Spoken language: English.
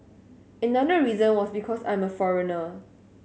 another reason was because I'm a foreigner